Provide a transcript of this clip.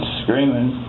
screaming